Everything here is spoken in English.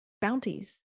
bounties